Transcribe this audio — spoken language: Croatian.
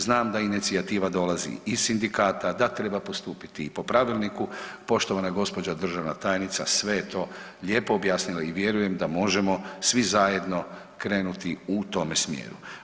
Znam da inicijativa dolazi iz sindikata da treba postupiti i po pravilniku poštovana gospođa državna tajnica sve je to lijepo objasnila i vjerujem da možemo svi zajedno krenuti u tome smjeru.